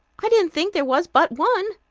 i didn't think there was but one.